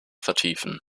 vertiefen